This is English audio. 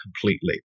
completely